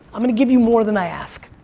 i'm gonna give you more than i ask,